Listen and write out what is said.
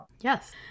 Yes